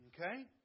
Okay